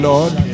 Lord